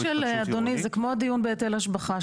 זה סוג של, אדוני, זה כמו דיון בהיטל השבחה.